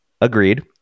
Agreed